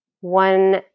one